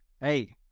Hey